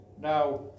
Now